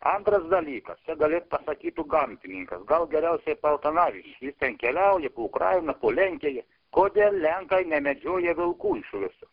antras dalykas čia galėtų pasakytų gamtininkas gal geriausiai paltanavičius jis ten keliauja po ukrainą po lenkiją kodėl lenkai nemedžioja vilkų iš viso